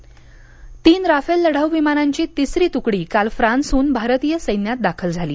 Rafale तीन Rafale लढाऊ विमानांची तिसरी तुकडी काल फ्रांसहून भारतीय सैन्यात दाखल झाली